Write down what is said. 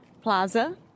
Plaza